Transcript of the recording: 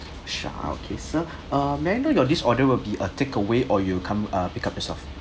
sure okay sir uh may I know your this order will be a take away or you come uh pick up yourself